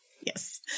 Yes